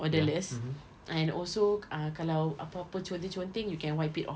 odourless and also ah kalau apa-apa conteng conteng you can wipe it off